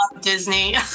Disney